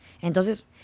Entonces